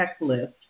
checklist